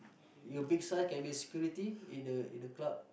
you big size can be security in the in the club